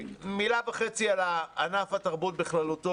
מילה וחצי על ענף התרבות בכללותו,